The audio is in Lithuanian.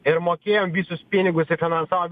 ir mokėjom visus pinigus ir finansavom